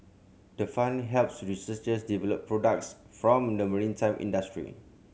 the fund helps researchers develop products from the maritime industry